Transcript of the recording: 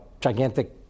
gigantic